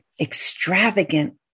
extravagant